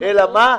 אלא מה?